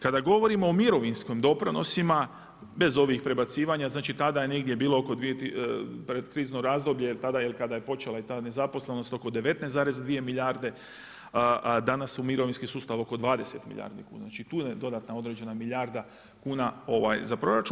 Kada govorimo o mirovinskim doprinosima bez ovih prebacivanja tada je negdje bilo pred krizno razdoblje kada je počela ta nezaposlenost oko 19,2 milijarde, danas u mirovinski sustav oko 20 milijardi kuna, znači tu je dodatna određena milijarda kuna za proračun.